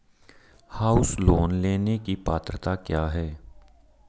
House loan लेने की पात्रता क्या है?